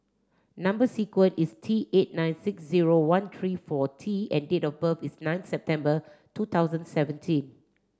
number sequence is T eight nine six zero one three four T and date of birth is nine September two thousand seventeen